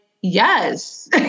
yes